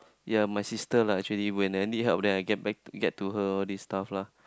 yea my sister lah actually when I need help then I get back get to her this stuff lah